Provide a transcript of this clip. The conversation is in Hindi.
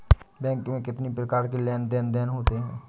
बैंक में कितनी प्रकार के लेन देन देन होते हैं?